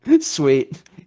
Sweet